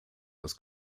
das